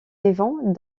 vivant